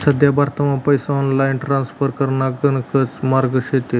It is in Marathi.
सध्या भारतमा पैसा ऑनलाईन ट्रान्स्फर कराना गणकच मार्गे शेतस